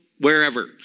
wherever